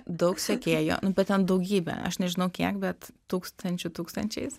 daug sekėjų nu bet ten daugybė aš nežinau kiek bet tūkstančių tūkstančiais